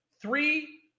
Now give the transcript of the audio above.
three